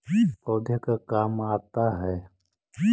पौधे का काम आता है?